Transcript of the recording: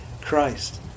Christ